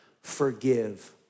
forgive